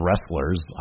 wrestlers